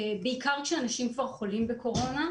בעיקר כשאנשים כבר חולים בקורונה,